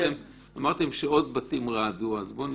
אמרתם שעוד בתים רעדו אז בואו נשמע.